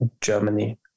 germany